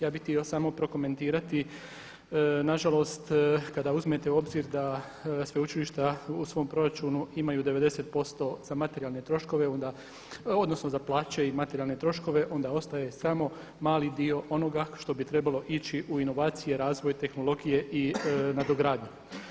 Ja bih htio samo prokomentirati, na žalost kada uzmete u obzir da sveučilišta u svom proračunu imaju 90% za materijalne troškove, odnosno za plaće i materijalne troškove onda ostaje samo mali dio onoga što bi trebalo ići u inovacije, razvoj, tehnologije i nadogradnju.